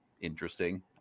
interesting